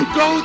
go